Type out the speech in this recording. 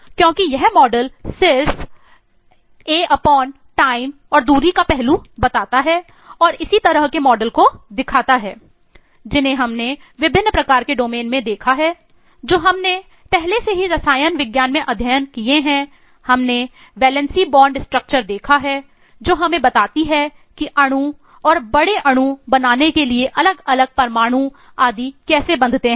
क्योंकि यह मॉडल देखा है जो हमें बताती है कि अणु और बड़े अणु बनाने के लिए अलग अलग परमाणु आदि कैसे बंधते हैं